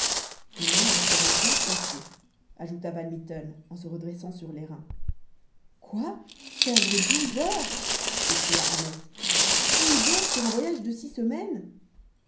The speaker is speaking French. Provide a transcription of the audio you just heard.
et moi j'en serais enchanté ajouta van mitten en se redressant sur les reins quoi perdre douze heures s'écria ahmet douze heures sur un voyage de six semaines